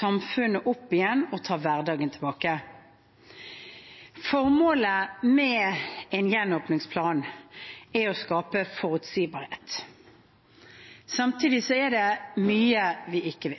samfunnet opp igjen og ta hverdagen tilbake. Formålet med en gjenåpningsplan er å skape forutsigbarhet. Samtidig er det